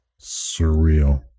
Surreal